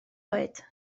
oed